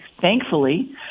Thankfully